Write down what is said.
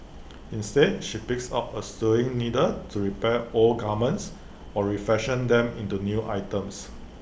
instead she picks up her sewing needle to repair old garments or refashion them into new items